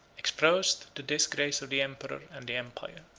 exposed the disgrace of the emperor and empire.